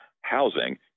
housing